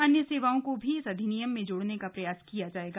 अन्य सेवाओं को भी इस अधिनियम में जोड़ने का प्रयास किया जायेगा